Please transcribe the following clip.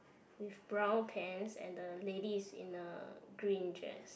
with brown pants and the lady is in a green dress